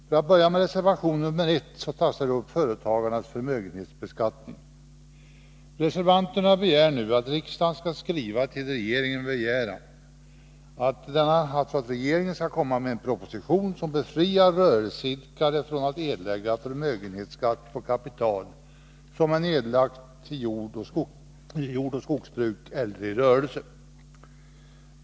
Jag vill börja med reservation 1. Där tas företagarnas förmögenhetsbeskattning upp. Reservanterna önskar nu att riksdagen skall skriva till regeringen med begäran att regeringen skall lägga fram en proposition som befriar rörelseidkare från att erlägga förmögenhetsskatt på kapital som är nedlagt i jordoch skogsbruk eller i rörelse.